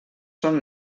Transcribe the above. són